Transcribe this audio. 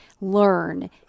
learn